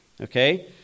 Okay